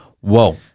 whoa